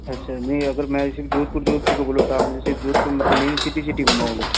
अच्छा नहीं अगर मैं सिर्फ़ जोधपुर जोधपुर का बोलो तो आप मुझे सिर्फ जोधपुर मतलब मेन सिटी सिटी घूमाओगे